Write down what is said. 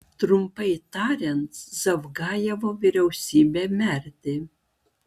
trumpai tariant zavgajevo vyriausybė merdi